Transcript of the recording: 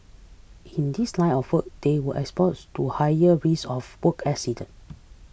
in this line of work they are exposed to higher risk of work accident